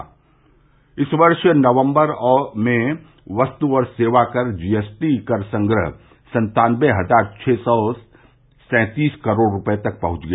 स स स इस वर्ष नवंबर में वस्त और सेवा कर जीएसटी कर संग्रह सन्तानबे हजार छह सौ सैंतीस करोड़ रुपये तक पहंच गया